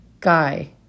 guy